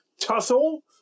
tussle